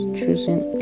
choosing